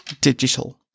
Digital